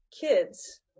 kids